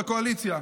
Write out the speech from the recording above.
מהקואליציה.